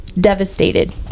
devastated